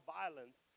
violence